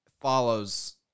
Follows